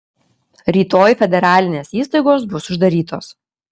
rytoj federalinės įstaigos bus uždarytos